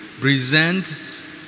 present